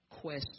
question